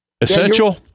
essential